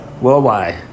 Worldwide